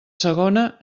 segona